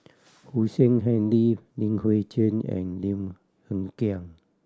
Hussein Haniff Li Hui Cheng and Lim Hng Kiang